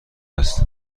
هست